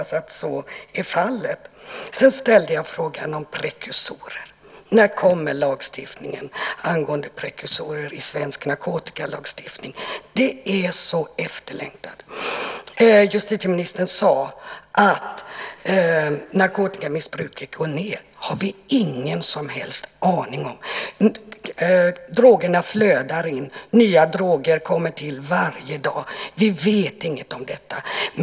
Sedan ställde jag frågan om prekursorer. När kommer lagstiftningen om prekursorer i svensk narkotikalagstiftning? Det är så efterlängtat. Justitieministern sade att narkotikamissbruket går ned. Det har vi ingen som helst aning om. Drogerna flödar in. Nya droger kommer till varje dag. Vi vet inget om detta.